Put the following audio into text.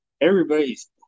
everybody's